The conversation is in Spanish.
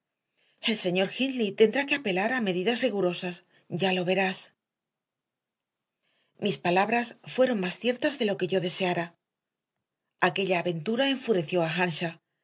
el señor hindley tendrá que apelar a medidas rigurosas ya lo verás mis palabras fueron más ciertas de lo que yo deseara aquella aventura enfureció a